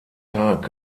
tag